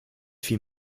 fiel